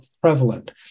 prevalent